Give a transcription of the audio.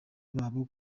babo